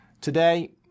Today